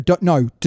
No